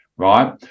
right